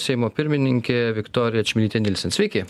seimo pirmininkė viktorija čmilytė nilsen sveiki